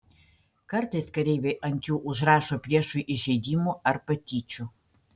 kartais kareiviai ant jų užrašo priešui įžeidimų ar patyčių